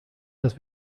dass